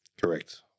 Correct